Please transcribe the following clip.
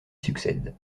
succède